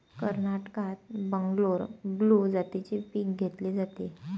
कर्नाटकात बंगलोर ब्लू जातीचे पीक घेतले जाते